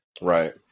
Right